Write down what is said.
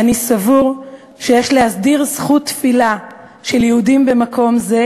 אני סבור שיש להסדיר זכות תפילה של יהודים במקום זה,